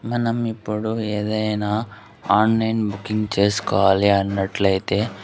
మనం ఇప్పుడు ఏదైనా ఆన్లైన్ బుకింగ్ చేసుకోవాలి అన్నట్లయితే